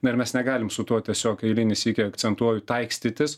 na ir mes negalim su tuo tiesiog eilinį sykį akcentuoju taikstytis